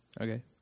Okay